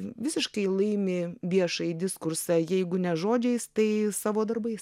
visiškai laimi viešąjį diskursą jeigu ne žodžiais tai savo darbais